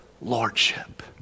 lordship